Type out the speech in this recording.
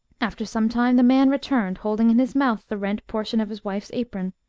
after some time the man returned, holding in his mouth the rent portion of his wife's apron,